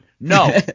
No